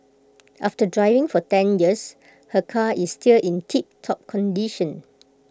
after driving for ten years her car is still in tiptop condition